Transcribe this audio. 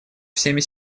всеми